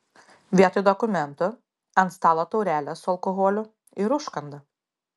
vietoj dokumentų ant stalo taurelės su alkoholiu ir užkanda